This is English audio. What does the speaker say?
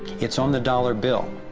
it's on the dollar bill